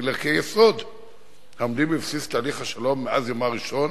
לערכי היסוד העומדים בבסיס תהליך השלום מאז יומו הראשון,